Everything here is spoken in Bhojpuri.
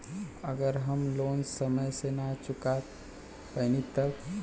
अगर हम लोन समय से ना चुका पैनी तब?